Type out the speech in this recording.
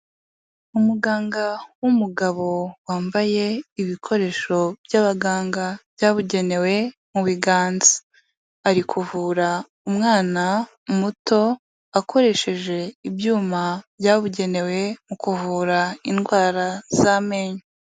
Umuganga w'umugabo wambaye ibikoresho by'abaganga byabugenewe mu biganza. Ari kuvura umwana muto akoresheje ibyuma byabugenewe mu kuvura indwara z'amenyo.